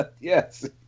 Yes